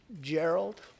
Gerald